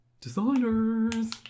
Designers